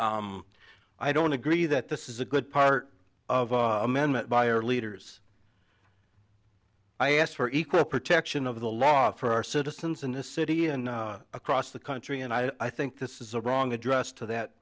i don't agree that this is a good part of amendment by our leaders i asked for equal protection of the law for our citizens in a city and across the country and i think this is a wrong address to that